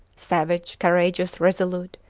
savage, courageous, resolute,